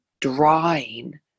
drawing